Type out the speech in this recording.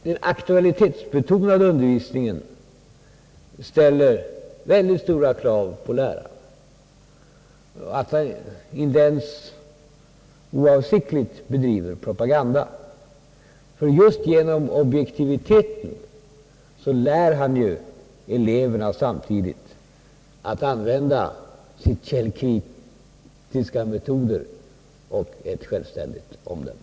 Den aktualitetsbetonade undervisningen ställer mycket stora krav på läraren, att han inte ens oavsiktligt bedriver propaganda, ty just genom objektivitet lär han eleverna att använda källkritiska metoder och ett självständigt omdöme.